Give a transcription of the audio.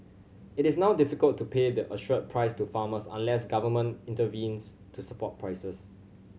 it is now difficult to pay the assured price to farmers unless government intervenes to support prices